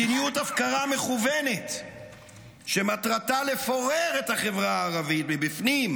מדיניות הפקרה מכוונת שמטרתה לפורר את החברה הערבית מבפנים,